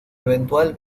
eventual